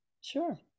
sure